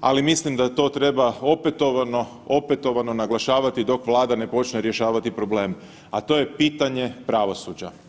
ali mislim da to treba opetovano, opetovano naglašavati dok Vlada ne počne rješavati problem, a to je pitanje pravosuđa.